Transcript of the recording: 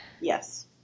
yes